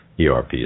ERP